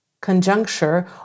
conjuncture